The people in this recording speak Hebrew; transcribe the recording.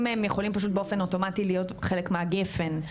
הם יכולים באופן אוטומטי להיות חלק מהגפן.